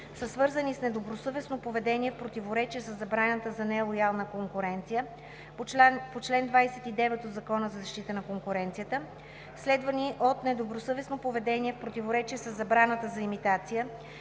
са свързани с недобросъвестно поведение в противоречие със забраната за нелоялна конкуренция по чл. 29 от Закона за защита на конкуренцията, следвани от недобросъвестно поведение в противоречие със забраната за имитация